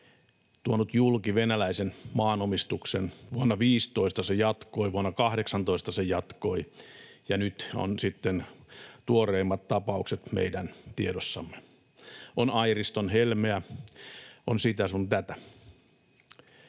tuonut julki venäläisen maanomistuksen; vuonna 2015 se jatkoi, vuonna 2018 se jatkoi, ja nyt on sitten tuoreimmat tapaukset meidän tiedossamme. On Airiston Helmeä, on sitä sun tätä.